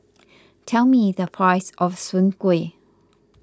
tell me the price of Soon Kway